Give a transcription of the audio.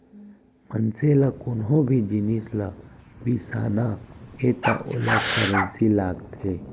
मनसे ल कोनो भी जिनिस ल बिसाना हे त ओला करेंसी लागथे